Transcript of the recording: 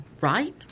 right